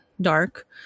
dark